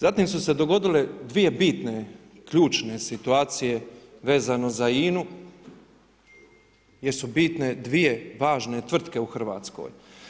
Zatim su se dogodile dvije bitne, ključne situacije vezano za INA-u jer su bitne dvije važne tvrtke u Hrvatskoj.